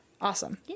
Awesome